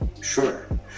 Sure